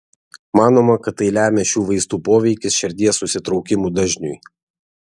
manoma kad tai lemia šių vaistų poveikis širdies susitraukimų dažniui